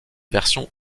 version